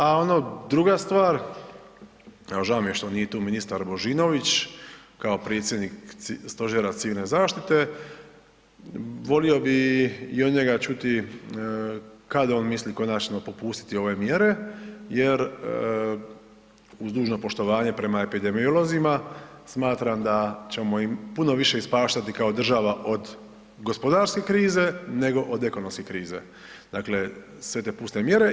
A ono druga stvar, evo žao mi je što nije tu ministar Božinović kao predsjednik Stožera civilne zaštite, volio bi i od njega čuti kad on misli konačno popustiti ove mjere jer uz dužno poštovanje prema epidemiolozima, smatram da ćemo im puno više ispaštati kao država od gospodarske krize nego od ekonomske krize, dakle, sve te puste mjere.